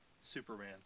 Superman